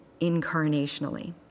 incarnationally